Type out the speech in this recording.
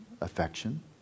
affection